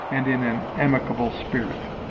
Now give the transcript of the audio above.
and in an amicable spirit.